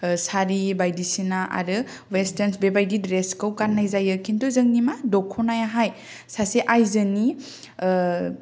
सारि बायदिसिना आरो वेस्टारनस बेबायदि ड्रेसखौ गाननाय जायो खिन्थु जोंनि मा दख'नायाहाय सासे आइजोनि